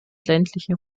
ländlichen